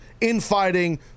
infighting